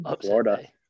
Florida